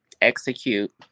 execute